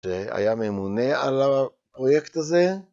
‫שהיה ממונה על הפרויקט הזה?